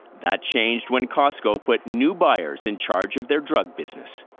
that changed when costco put new buyers in charge of their drug business.